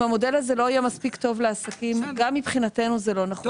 אם המודל הזה לא יהיה מספיק טוב לעסקים גם מבחינתנו זה לא נכון.